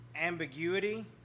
ambiguity